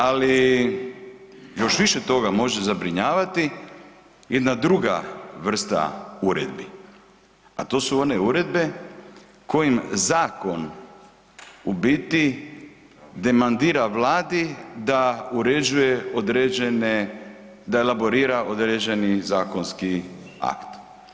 Ali, još više toga može zabrinjavati, jedna druga vrsta uredbi, a to su one uredbe kojim zakon u biti demandira Vladi da uređuje određene, da elaborira određeni zakonski akt.